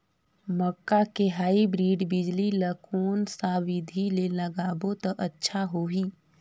मक्का के हाईब्रिड बिजली ल कोन सा बिधी ले लगाबो त अच्छा होहि?